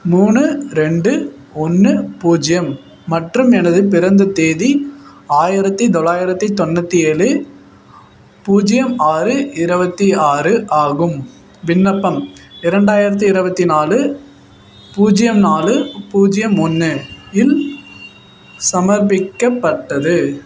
மூணு ரெண்டு ஒன்று பூஜ்ஜியம் மற்றும் எனது பிறந்தத் தேதி ஆயிரத்தி தொள்ளாயிரத்தி தொண்ணூற்றி ஏழு பூஜ்ஜியம் ஆறு இருவத்தி ஆறு ஆகும் விண்ணப்பம் இரண்டாயிரத்தி இருவத்தி நாலு பூஜ்ஜியம் நாலு பூஜ்ஜியம் ஒன்று இல் சமர்ப்பிக்கப்பட்டது